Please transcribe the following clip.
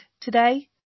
today